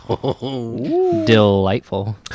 delightful